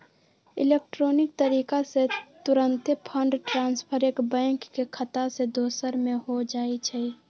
electronic तरीका से तूरंते फंड ट्रांसफर एक बैंक के खता से दोसर में हो जाइ छइ